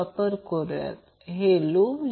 आत्ताच हे सूत्र शोधून काढले आहे